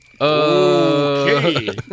Okay